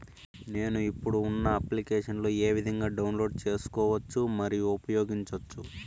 నేను, ఇప్పుడు ఉన్న అప్లికేషన్లు ఏ విధంగా డౌన్లోడ్ సేసుకోవచ్చు మరియు ఉపయోగించొచ్చు?